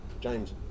James